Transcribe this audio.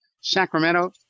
Sacramento